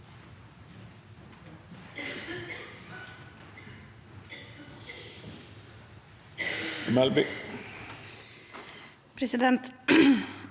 president